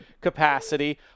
capacity